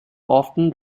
often